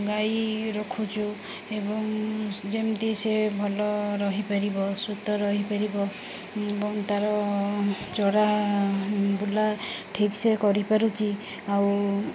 ଗାଈ ରଖୁଛୁ ଏବଂ ଯେମିତି ସେ ଭଲ ରହିପାରିବ ରହିପାରିବ ଏବଂ ତାର ଚରା ବୁଲା ଠିକ୍ସେ କରିପାରୁଛି ଆଉ